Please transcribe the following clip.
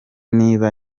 niba